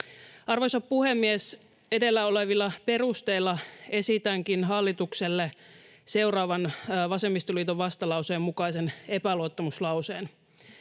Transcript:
Arvoisa puhemies! Edellä olevilla perusteilla esitänkin hallitukselle seuraavan vasemmistoliiton vastalauseen mukaisen epäluottamuslauseen: